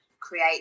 Create